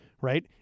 right